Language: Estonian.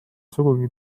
sugugi